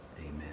Amen